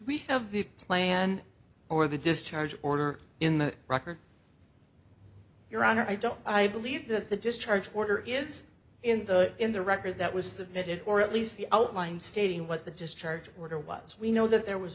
we have the plan or the discharge order in the record your honor i don't i believe that the discharge order is in the in the record that was submitted or at least the outline stating what the discharge order was we know that there was